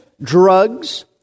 drugs